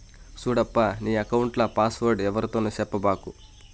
సూడప్పా, నీ ఎక్కౌంట్ల పాస్వర్డ్ ఎవ్వరితోనూ సెప్పబాకు